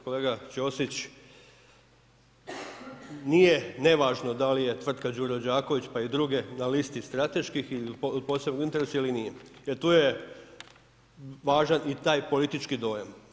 Kolega Ćosić, nije nevažno da li je tvrtka Đuro Đaković pa i druge na listi strateških ili od posebnog interesa ili nije, jer tu je važan i taj politički dojam.